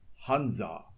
Hansa